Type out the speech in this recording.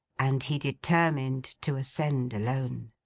and he determined to ascend alone.